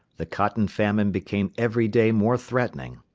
the cotton famine became every day more threatening,